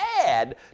add